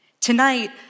Tonight